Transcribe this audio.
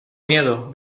miedo